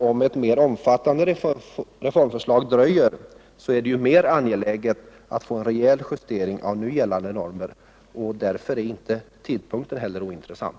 Om ett mera omfattande reformförslag dröjer är det mer angeläget att få en rejäl justering av nu gällande normer. Därför är inte heller tidpunkten ointressant.